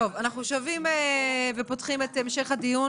אז בואי נמשיך את הקריאה,